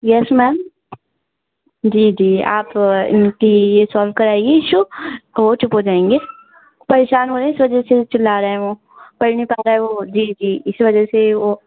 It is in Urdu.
یس میم جی جی آپ ان کی یہ سولو کرائیے ایشو تو وہ چب ہو جائیں گے پریشان ہو رہے ہیں اس وجہ سے وہ چلا رہے ہیں وہ پرھ نہیں پا رہا ہے وہ جی جی اس وجہ سے وہ